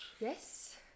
Yes